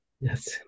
Yes